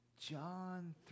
John